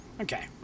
Okay